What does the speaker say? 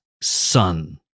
son